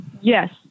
Yes